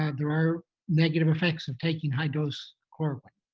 and there are negative effects of taking high dose chloroquine.